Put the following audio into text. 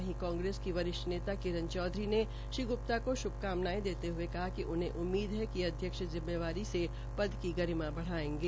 वहीं कांग्रेस की वरिष्ठ नेता किरण चौधरी ने श्री ग्प्ता को श्भकामनायें देते हये कहा कि उन्हें उम्मीद है कि अध्यक्ष जिम्मेदारी से पदक की गरिमा बढ़ायेंगे